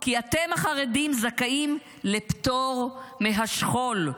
כי אתם החרדים זכאים לפטור מהשכול?